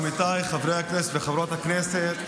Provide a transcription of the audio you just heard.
עמיתיי חברי הכנסת וחברות הכנסת,